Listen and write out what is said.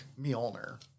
Mjolnir